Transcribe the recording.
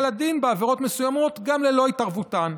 לדין בעבירות מסוימות גם ללא התערבותן.